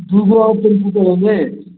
दूगो और टेम्पू करेंगे